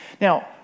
Now